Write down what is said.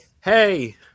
hey